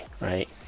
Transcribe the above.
right